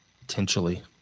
potentially